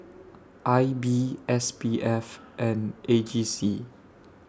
I B S P F and A G C